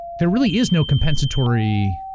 there really is no compensatory